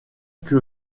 que